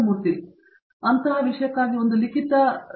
ಮೂರ್ತಿ ಅಂತಹ ವಿಷಯಕ್ಕಾಗಿ ಒಂದು ಲಿಖಿತ ಪದವಿ ಇರುವುದಿಲ್ಲ